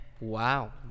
Wow